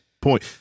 point